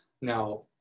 Now